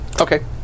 Okay